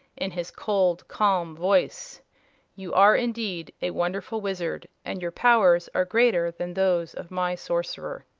in his cold, calm voice you are indeed a wonderful wizard, and your powers are greater than those of my sorcerer.